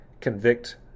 convict